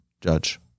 judge